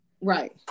Right